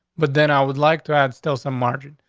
but then i would like to add still some margin.